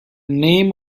name